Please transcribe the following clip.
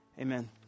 amen